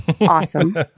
Awesome